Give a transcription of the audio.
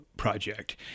Project